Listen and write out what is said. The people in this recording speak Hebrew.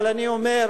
אבל אני אומר: